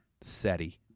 SETI